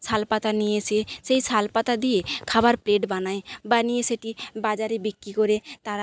শালপাতা নিয়ে এসে সেই শালপাতা দিয়ে খাবার প্লেট বানায় বানিয়ে সেটি বাজারে বিক্কি করে তারা